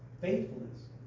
faithfulness